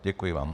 Děkuji vám.